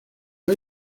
hay